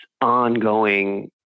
ongoing